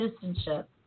citizenship